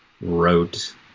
wrote